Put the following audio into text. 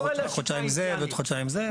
ולוקח חודשיים זה ועוד חודשיים זה.